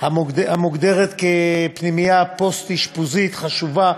המוגדרת כפנימייה פוסט-אשפוזית חשובה,